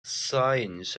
signs